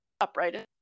upright